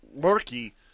murky